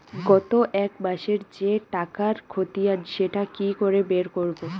গত এক মাসের যে টাকার খতিয়ান সেটা কি করে বের করব?